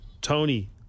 Tony